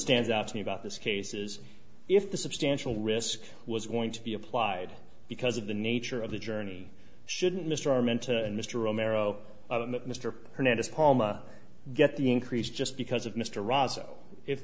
stands out to me about this cases if the substantial risk was going to be applied because of the nature of the journey shouldn't mr arm into mr romero mr hernandez halma get the increase just because of mr ros